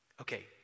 okay